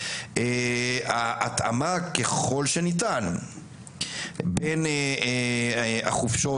ההתאמה ככל שניתן בין החופשות